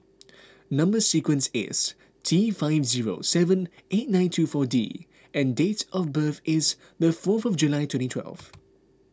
Number Sequence is T five zero seven eight nine two four D and dates of birth is the fourth July twenty twelve